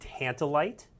Tantalite